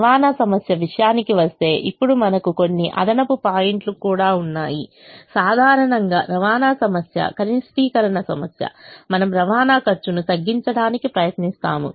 రవాణా సమస్య విషయానికి వస్తే ఇప్పుడు మనకు కొన్ని అదనపు పాయింట్లు కూడా ఉన్నాయి సాధారణంగా రవాణా సమస్య కనిష్టీకరణ సమస్య మనము రవాణా ఖర్చును తగ్గించడానికి ప్రయత్నిస్తాము